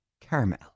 caramel